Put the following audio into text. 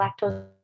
lactose